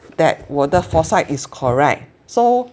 that 我的 foresight is correct so